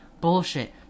Bullshit